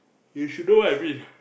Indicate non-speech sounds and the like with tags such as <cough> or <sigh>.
you should know what I mean <noise>